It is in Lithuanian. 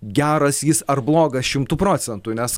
geras jis ar blogas šimtu procentų nes